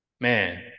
man